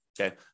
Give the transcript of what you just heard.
okay